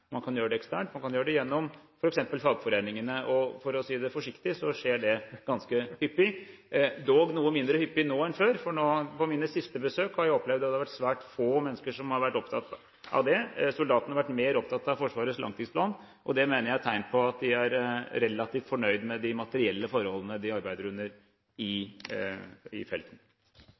man kan gjøre det eksternt, man kan gjøre det gjennom f.eks. fagforeningene, og for å si det forsiktig så skjer det ganske hyppig, dog noe mindre hyppig nå enn før. Ved mine siste besøk har jeg opplevd at svært få mennesker har vært opptatt av det. Soldatene har vært mer opptatt av Forsvarets langtidsplan. Det mener jeg er et tegn på at de er relativt fornøyd med de materielle forholdene de arbeider under i felten. Jeg takker for svaret. I